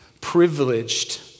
privileged